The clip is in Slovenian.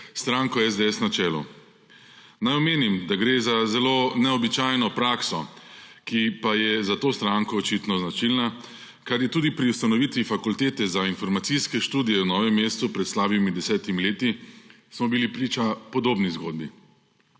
stranko SDS na čelu. Naj omenim, da gre za zelo neobičajno prakso, ki pa je za to stranko očitno značilna, ker tudi pri ustanovitvi fakultete za informacijske študije v Novem mestu pred slabimi desetimi leti smo bili priča podobni zgodbi.